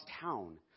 town